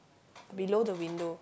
below the window